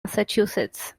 massachusetts